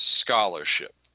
scholarship